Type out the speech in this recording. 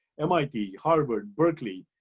mit, harvard, berkeley,